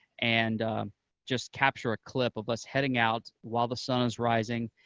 and just capture a clip of us heading out while the sun is rising,